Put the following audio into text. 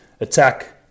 attack